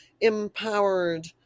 empowered